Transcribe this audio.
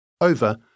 Over